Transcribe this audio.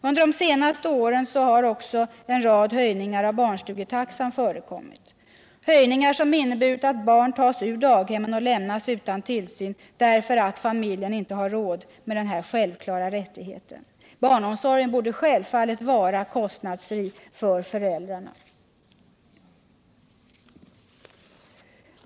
Under de senaste åren har också en rad höjningar av barnstugetaxan förekommit, höjningar som inneburit att barn tas ur daghemmen och lämnas utan tillsyn därför att familjen inte har råd med denna självklara rättighet. Barnomsorgen borde självfallet vara kostnadsfri för föräldrarna.